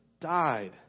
died